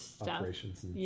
operations